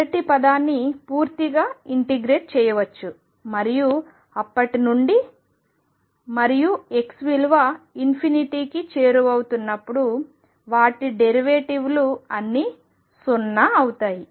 మొదటి పదాన్ని పూర్తిగా ఇంటిగ్రేట్ చేయవచ్చు మరియు అప్పటినుండి మరియు x విలువ కి చేరువవుతున్నప్పుడు వాటి డెరివేటివ్లు అన్నీ 0 సున్న అవుతాయి